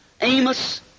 Amos